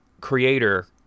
creator